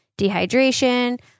dehydration